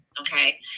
Okay